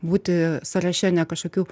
būti sąraše ne kažkokių